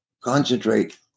concentrate